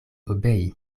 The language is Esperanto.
obei